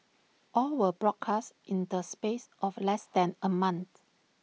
all were broadcast in the space of less than A month